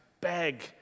beg